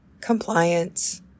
compliance